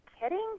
kidding